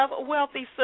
Wealthy